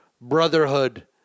Brotherhood